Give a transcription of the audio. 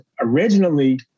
originally